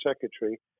secretary